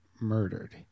murdered